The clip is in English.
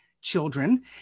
children